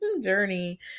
journey